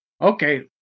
Okay